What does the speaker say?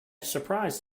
surprised